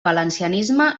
valencianisme